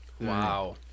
Wow